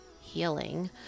healing